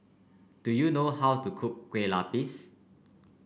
do you know how to cook Kueh Lupis